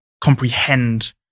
comprehend